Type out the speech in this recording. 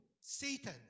Satan